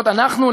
להיות אנחנו,